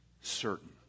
certain